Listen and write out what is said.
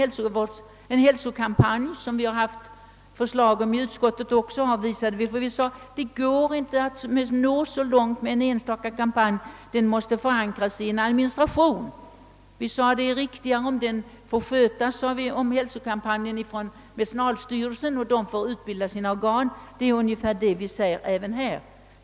När utskottet behandlade förslaget om en hälsokampanj avvisades detta därför att en enstaka kampanj inte når tillräckligt långt. Den måste förankras i administrationen. Vi anförde då att det vore riktigare att låta medicinalstyrelsen sköta en sådan hälsokampanj och utbilda sina organ för den uppgiften. Det är ungefär vad som sägs i detta fall.